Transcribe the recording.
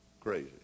crazy